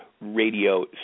radio